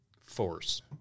force